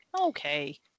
Okay